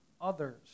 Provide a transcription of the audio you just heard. others